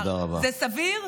זה סביר?